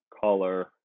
color